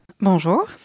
Bonjour